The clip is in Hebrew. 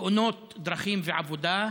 תאונות דרכים ועבודה,